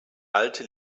alte